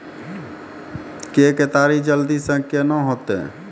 के केताड़ी जल्दी से के ना होते?